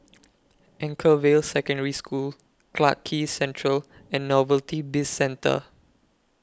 Anchorvale Secondary School Clarke Quay Central and Novelty Bizcentre